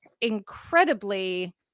incredibly